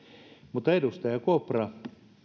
itärajalla edustaja kopra